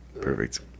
perfect